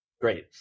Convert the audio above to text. Great